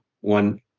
One